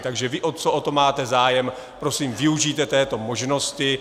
Takže vy, co o to máte zájem, prosím, využijte této možnosti.